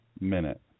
minute